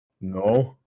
No